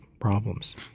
problems